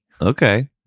Okay